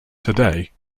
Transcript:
today